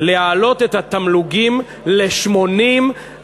להעלות את התמלוגים ל-80%.